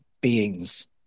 beings